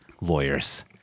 lawyers